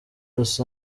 los